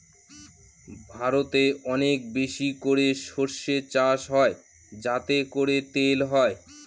ভারতে অনেক বেশি করে সর্ষে চাষ হয় যাতে করে তেল হয়